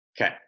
Okay